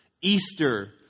Easter